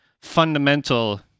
fundamental